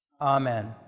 Amen